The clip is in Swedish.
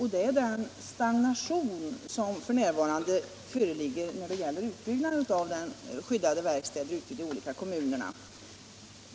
Det är den stagnation som f. n. föreligger när det gäller utbyggnaden av skyddade verkstäder ute i kommunerna.